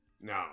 No